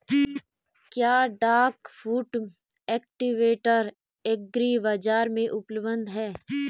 क्या duck foot cultivator agri बाज़ार में उपलब्ध है?